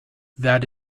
that